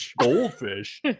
goldfish